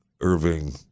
Irving